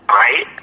right